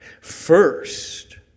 First